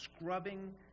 scrubbing